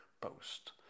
Post